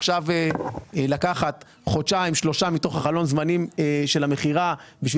עכשיו לקחת חודשיים-שלושה מתוך חלון הזמנים של המכירה בשביל